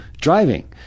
driving